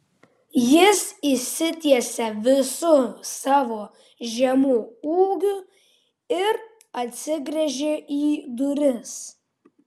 jis išsitiesė visu savo žemu ūgiu ir atsigręžė į duris